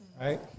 right